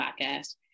Podcast